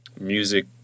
music